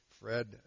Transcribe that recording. Fred